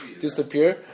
disappear